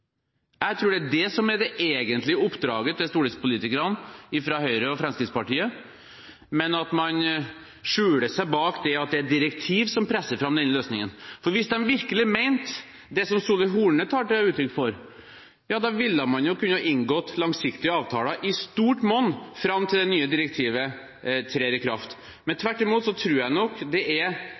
Jeg tror det er det som er det egentlige oppdraget til stortingspolitikerne fra Høyre og Fremskrittspartiet, men at man skjuler seg bak at det er et direktiv som presser fram denne løsningen. Hvis de virkelig mente det som Solveig Horne tar til orde for, ville man kunne inngått langsiktige avtaler i stort monn fram til det nye direktivet trer i kraft. Tvert imot tror jeg det